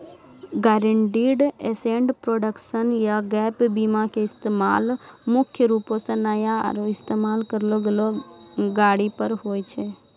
guaranteed asset protection या gap बीमा के इस्तेमाल मुख्य रूपो से नया आरु इस्तेमाल करलो गेलो गाड़ी पर होय छै